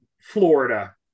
Florida